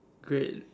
great